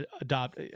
adopt